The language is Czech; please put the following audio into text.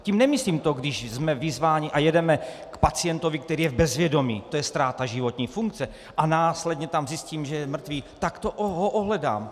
Tím nemyslím to, když jsme vyzváni a jedeme k pacientovi, který je v bezvědomí, to je ztráta životní funkce, a následně tam zjistím, že je mrtvý, tak ho ohledám.